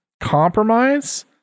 compromise